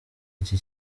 iki